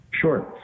Sure